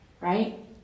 Right